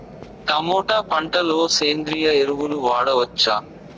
Tomato పంట లో సేంద్రియ ఎరువులు వాడవచ్చా?